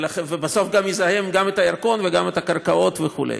ובסוף גם יזהם גם את הירקון וגם את הקרקעות וכו'.